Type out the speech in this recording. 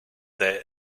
that